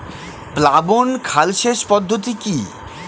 প্লাবন খাল সেচ পদ্ধতি কি?